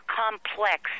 complex